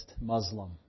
Muslim